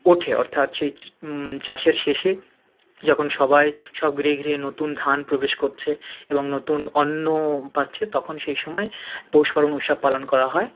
ওঠে অর্থাৎ সেই চাষের শেষে যখন সবাই সব গৃহে গৃহে নতুন ধান প্রবেশ করছে এবং নতুন অন্ন পাচ্ছে তখন সেই সময় পৌষপার্বণ উৎসব পালন করা হয়